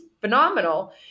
phenomenal